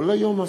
המע"מ?